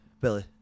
Billy